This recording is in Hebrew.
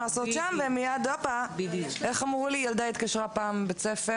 פעם התקשרה ילדה מבית הספר